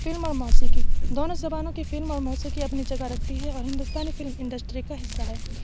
film اور موسیقی دونوں زبانوں کی فلم اور موسیقی اپنی جگہ رکھتی ہے اور ہندوستانی فلم انڈسٹری کا حصہ ہے